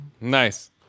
Nice